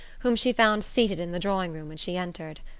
whom she found seated in the drawing-room when she entered.